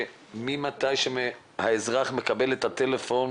שממועד בו האזרח מקבל את הטלפון